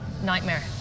Nightmare